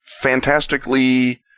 fantastically